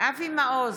אבי מעוז,